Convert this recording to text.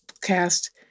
cast